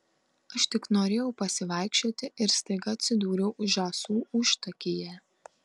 aš tik norėjau pasivaikščioti ir staiga atsidūriau žąsų užtakyje